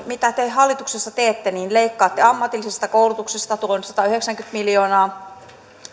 mitä te tästä huolimatta hallituksessa teette leikkaatte ammatillisesta koulutuksesta tuon satayhdeksänkymmentä miljoonaa